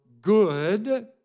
good